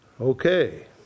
Okay